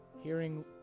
hearing